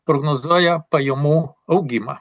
prognozuoja pajamų augimą